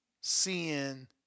seeing